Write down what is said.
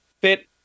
Fit